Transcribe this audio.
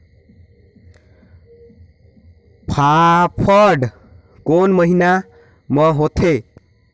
फाफण कोन महीना म होथे?